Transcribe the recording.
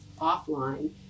offline